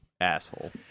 asshole